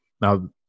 Now